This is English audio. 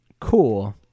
cool